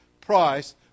price